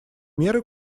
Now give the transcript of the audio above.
меры